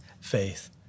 faith